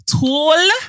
tall